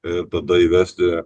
ir tada įvesti